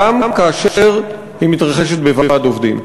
גם כאשר היא מתרחשת בוועד עובדים.